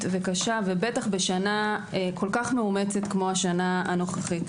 וקשה ובטח בשנה כה מאומצת כמו השנה הנוכחית.